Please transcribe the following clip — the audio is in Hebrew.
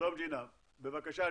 שלום, ג'ינה, בבקשה.